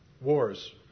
Wars